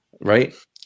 right